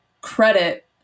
credit